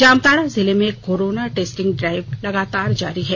जामताड़ा जिले में corona testing drive लगातार जारी है